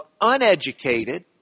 uneducated